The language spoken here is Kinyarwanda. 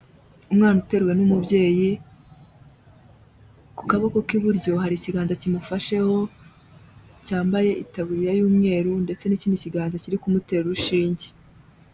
Umwana uteruwe n'umubyeyi ku kaboko k'iburyo hari ikiganza kimufasheho, cyambaye itaburiya y'umweru ndetse n'ikindi kiganza kiri kumutera urushinge.